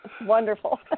wonderful